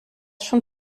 schon